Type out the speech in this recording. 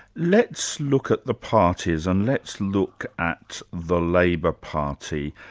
let's look at the parties and let's look at the labor party.